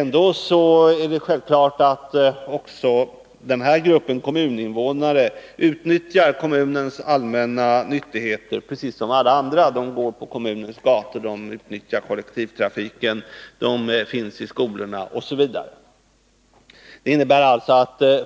Ändå är det självklart att också den gruppen kommuninvånare utnyttjar kommunens allmänna nyttigheter precis som alla andra. De går på kommunens gator, de utnyttjar kollektivtrafiken, de finns i skolorna osv.